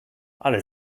ale